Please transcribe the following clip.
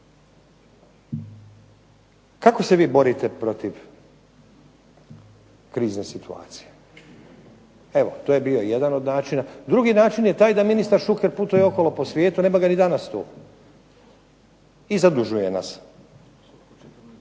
Kako se vi borite protiv krizne situacije evo to je bio jedan od načina. Drugi način je taj da ministar Šuker putuje okolo po svijetu, nema ga ni danas tu i zadužuje nas.